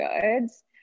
goods